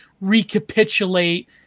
recapitulate